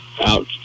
out